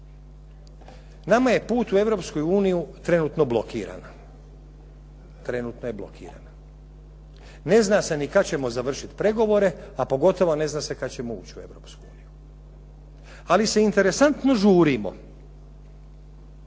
Nama je put u Europsku uniju trenutno blokiran. Ne zna se ni kada ćemo završiti pregovore, a pogotovo ne zna se kada ćemo ući u Europsku uniju. Ali se interesantno žurimo,